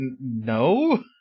no